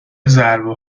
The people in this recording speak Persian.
ضربه